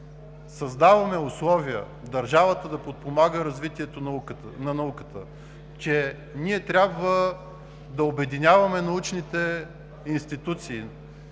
създаваме условия държавата да подпомага развитието на науката, че трябва да обединяваме научните институции,